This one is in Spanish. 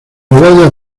medalla